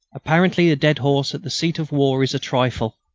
apparently a dead horse at the seat of war is a trifle,